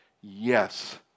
yes